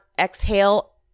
Exhale